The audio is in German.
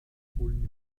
bullen